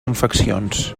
infeccions